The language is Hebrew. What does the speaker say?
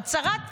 את שרת התחבורה.